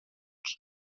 que